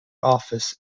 office